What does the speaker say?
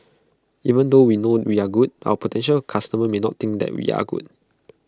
even though we know we are good our potential customers may not think that we are good